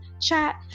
chat